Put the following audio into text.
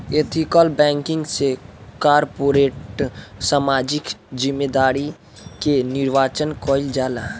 ethical banking से corporate सामाजिक जिम्मेदारी के निर्वाचन कईल जाला